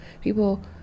people